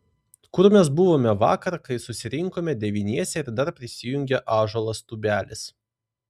kur mes buvome vakar kai susirinkome devyniese ir dar prisijungė ąžuolas tubelis